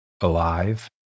Alive